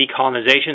decolonization